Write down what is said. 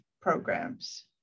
programs